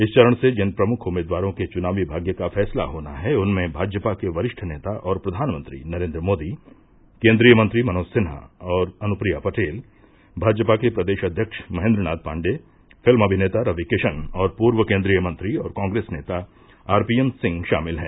इस चरण से जिन प्रमुख उम्मीदवारों के चुनावी भाग्य का फैसला होना है उनमें भाजपा के वरिष्ठ नेता और प्रधानमंत्री नरेन्द्र मोदी केन्द्रीय मंत्री मनोज सिन्हा और अनुप्रिया पटेल भाजपा के प्रदेश अध्यक्ष महेन्द्र नाथ पण्डेय फिल्म अभिनेता रवि किशन और पूर्व केन्द्रीय मंत्री और कॉंग्रेस नेता आरंपीएन सिंह शामिल हैं